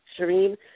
Shireen